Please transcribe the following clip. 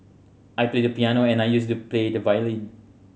I play the piano and I used to play the violin